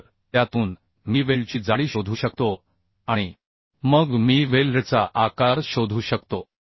तर त्यातून मी वेल्डची जाडी शोधू शकतो आणि मग मी वेल्डचा आकार शोधू शकतो